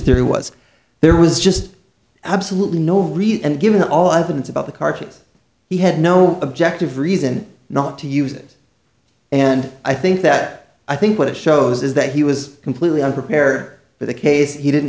theory was there was just absolutely no reason and given all evidence about the carcass he had no objective reason not to use it and i think that i think what it shows is that he was completely unprepared for the case he didn't